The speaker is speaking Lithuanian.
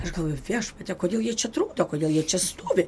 aš galvoju viešpatie kodėl jie čia trukdo kodėl jie čia stovi